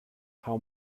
how